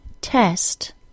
test